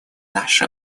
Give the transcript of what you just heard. наше